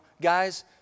Guys